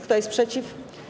Kto jest przeciw?